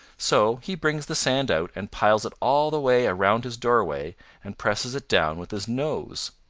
so he brings the sand out and piles it all the way around his doorway and presses it down with his nose.